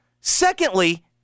Secondly